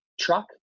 truck